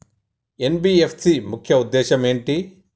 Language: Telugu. ఎన్.బి.ఎఫ్.సి ముఖ్య ఉద్దేశం ఏంటి?